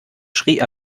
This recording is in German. schrie